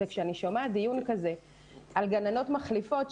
כשאני שומעת דיון כזה על גננות מחליפות,